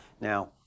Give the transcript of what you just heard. Now